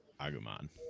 Agumon